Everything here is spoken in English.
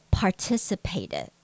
participated